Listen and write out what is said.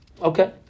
Okay